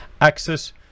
access